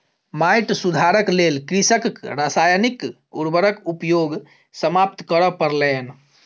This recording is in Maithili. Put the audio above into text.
माइट सुधारक लेल कृषकक रासायनिक उर्वरक उपयोग समाप्त करअ पड़लैन